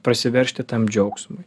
prasiveržti tam džiaugsmui